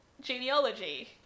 genealogy